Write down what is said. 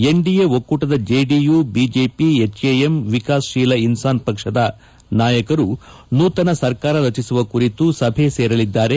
NDA ಒಕ್ಕೂಟದ JDU BJP HAM Vikassheel Insaan ಪಕ್ಷದ ನಾಯಕರು ನೂತನ ಸರ್ಕಾರ ರಚಿಸುವ ಕುರಿತು ಸಭೆ ಸೇರಲಿದ್ದಾರೆ